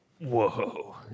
Whoa